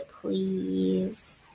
please